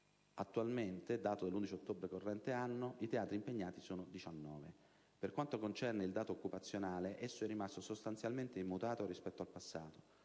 attualmente (dato dell'11 ottobre 2010) i teatri impegnati sono 19. Per quanto concerne il dato occupazionale, esso è rimasto sostanzialmente immutato rispetto al passato,